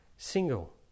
Single